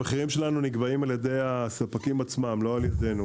המחירים שלנו נקבעים על ידי הספקים עצמם ולא על ידנו.